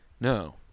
No